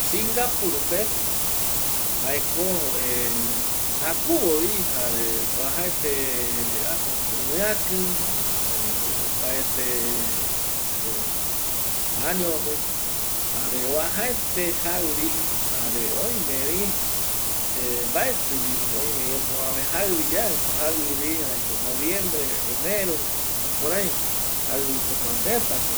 Singapurpe jakuvo vi jare iviaki opaete año pe lare uajaete jaivi oime vi mbaeti vi noviembre enero rupi jukureijaivi jokua teta pe